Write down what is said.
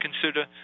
consider